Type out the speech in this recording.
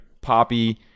poppy